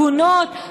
הגונות,